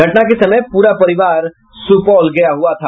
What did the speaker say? घटना के समय पूरा परिवार सुपौल गया हुआ था